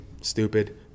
stupid